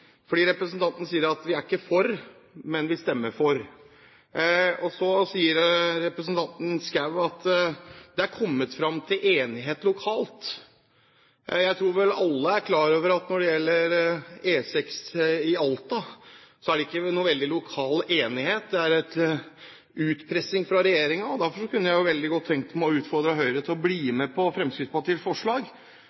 fordi representanten sier: Vi er ikke for, men vi stemmer for. Og så sier representanten Schou at det er kommet fram til enighet lokalt. Jeg tror vel alle er klar over at når det gjelder E6 i Alta, er det ikke noen veldig enighet lokalt – det er utpressing fra regjeringen. Derfor kunne jeg godt tenke meg å utfordre Høyre til å bli